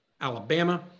Alabama